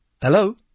Hello